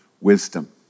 wisdom